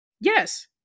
Yes